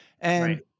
And-